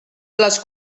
les